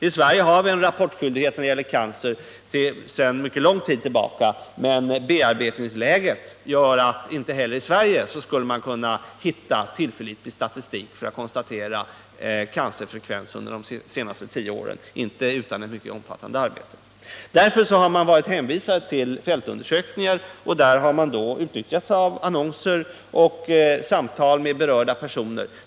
I Sverige har vi rapportskyldighet när det gäller cancer sedan mycket lång tid tillbaka, men bearbetningsläget gör att man inte heller i Sverige skulle kunna hitta tillförlitlig statistik för att konstatera cancerfrekvens under de senaste tio åren, i varje fall inte utan ett mycket omfattande arbete. I Niedersachsen har man sålunda varit hänvisad till fältundersökningar, där man utnyttjat annonser och samtal med berörda personer.